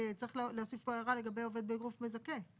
צריך להוסיף פה הערה לגבי עובד בגוף מזכה.